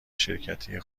شرکتی